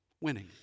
winning